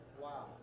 Wow